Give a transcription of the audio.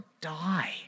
die